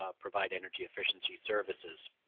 ah provide energy efficiency services.